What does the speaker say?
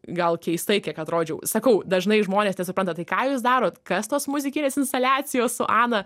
gal keistai kiek atrodžiau sakau dažnai žmonės nesupranta tai ką jūs darot kas tos muzikinės instaliacijos su ana